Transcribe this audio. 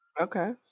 Okay